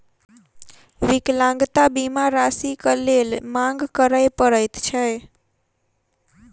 विकलांगता बीमा राशिक लेल मांग करय पड़ैत छै